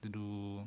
to do